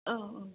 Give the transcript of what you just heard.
अ अ